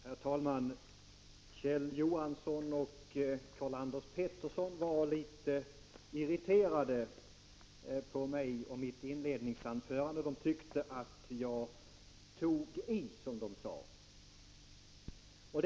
Herr talman! Kjell Johansson och Karl-Anders Petersson var litet irriterade på mig och mitt inledningsanförande. De tyckte att jag, som de sade, tog i.